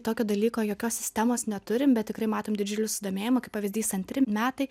tokio dalyko jokios sistemos neturim bet tikrai matom didžiulį susidomėjimą kaip pavyzdys antri metai